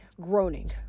groaning